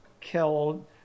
killed